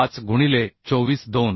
5 गुणिले 24 2